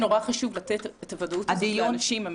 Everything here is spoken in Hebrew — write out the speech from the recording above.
חשוב מאוד תת את הוודאות הזאת לאנשים.